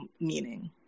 meaning